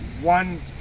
one